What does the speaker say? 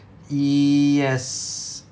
yes